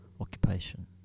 occupation